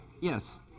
Yes